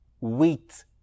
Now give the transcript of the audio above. wheat